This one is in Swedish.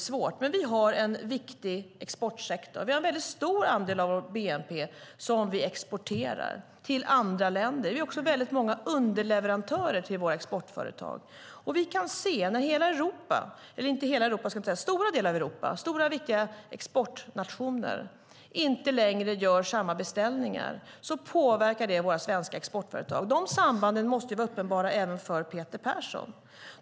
Vi har en viktig exportsektor. En stor andel av vår bnp exporterar vi till andra länder. Vi har också många underleverantörer till våra exportföretag. När stora och viktiga exportnationer i Europa inte längre gör samma beställningar påverkar det våra svenska exportföretag. De sambanden måste ju vara uppenbara även för Peter Persson.